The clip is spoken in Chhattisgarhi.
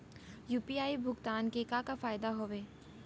यू.पी.आई भुगतान के का का फायदा हावे?